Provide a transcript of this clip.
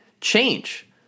change